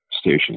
station